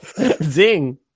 zing